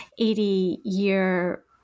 80-year